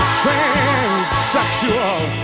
transsexual